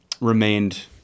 remained